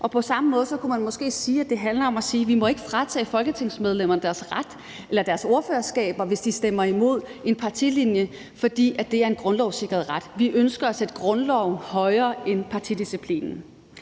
På samme måde kunne man måske sige, at det handler om at sige, at vi ikke må fratage folketingsmedlemmerne deres ret eller deres ordførerskaber, hvis de stemmer imod en partilinje, fordi det er en grundlovssikret ret. Vi ønsker at sætte grundloven højere end partidisciplinen.